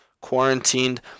quarantined